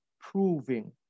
proving